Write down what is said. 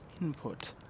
input